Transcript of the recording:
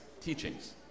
teachings